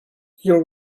your